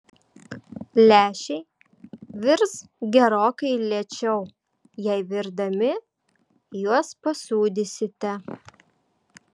lęšiai virs gerokai lėčiau jei virdami juos pasūdysite